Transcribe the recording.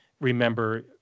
remember